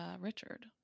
Richard